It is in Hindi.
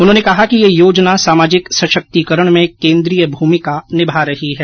उन्होंने कहा कि यह योजना सामाजिक संशक्तिकरण में केन्द्रिय भूमिका निभा रही है